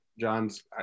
John's